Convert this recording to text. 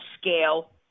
scale